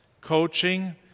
coaching